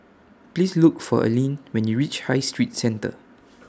Please Look For Aline when YOU REACH High Street Centre